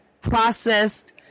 processed